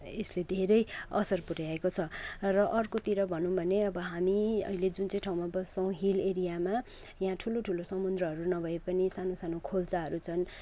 यसले धेरै असर पुऱ्याएको छ र अर्कोतिर भनौँ भने अब हामी अहिले जुन चाहिँ ठाउँमा बस्छौँ हिल एरियामा यहाँ ठुलो ठुलो समुद्रहरू नभए पनि सानो सानो खोल्साहरू छन्